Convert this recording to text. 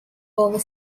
over